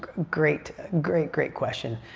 great, great, great question.